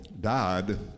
died